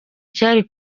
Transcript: cyari